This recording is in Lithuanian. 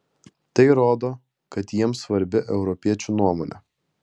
tai rodo kad jiems svarbi europiečių nuomonė